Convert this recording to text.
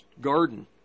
garden